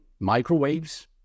microwaves